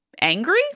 angry